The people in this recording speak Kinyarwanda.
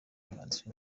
umwanditsi